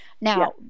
now